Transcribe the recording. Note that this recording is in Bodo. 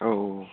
औ